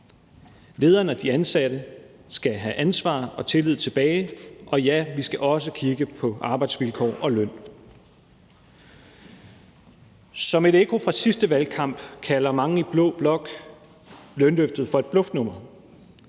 Lederen og de ansatte skal have ansvaret og tilliden tilbage, og ja, vi skal også kigge på arbejdsvilkår og løn. Som et ekko fra sidste valgkamp kalder mange i blå blok lønløftet for et bluffnummer.